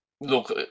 Look